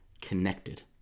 connected